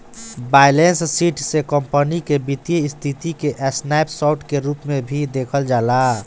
balance sheet से company के वित्तीय स्थिति के स्नैप शोर्ट के रूप में भी देखल जाला